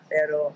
Pero